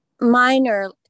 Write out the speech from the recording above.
minor